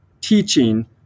teaching